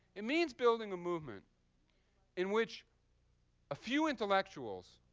it means building a movement in which a few intellectuals